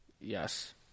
Yes